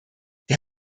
der